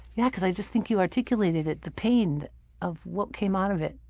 yeah cause i just think you articulated it, the pain of what came out of it,